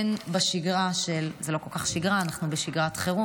הן בשגרה, זה לא כל כך שגרה, אנחנו בשגרת חירום,